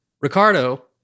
Ricardo